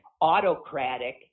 autocratic